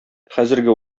хәзерге